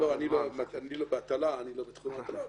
אני לא בתחום ההטלה.